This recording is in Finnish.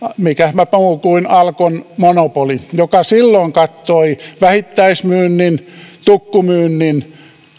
mikäpä muu kuin alkon monopoli joka silloin kattoi vähittäismyynnin tukkumyynnin